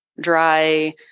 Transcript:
dry